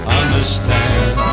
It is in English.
understand